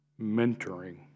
mentoring